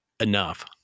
enough